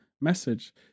message